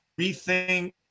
rethink